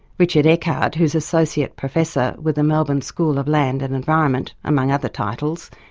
richard eckard who is associate professor with the melbourne school of land and environment among other titles,